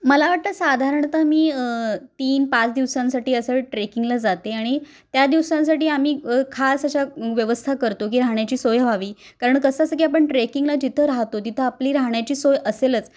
मला वाटतं साधारणतः मी तीन पाच दिवसांसाठी असं ट्रेकिंगला जाते आणि त्या दिवसांसाठी आम्ही खास अशा व्यवस्था करतो की राहण्याची सोय व्हावी कारण कसं असं की आपण ट्रेकिंगला जिथं राहतो तिथं आपली राहण्याची सोय असेलच